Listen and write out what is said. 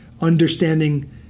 understanding